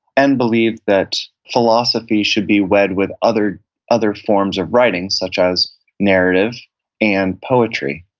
and believed that philosophy should be wed with other other forms of writing, such as narrative and poetry.